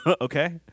Okay